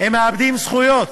הם מאבדים זכויות,